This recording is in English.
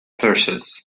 precious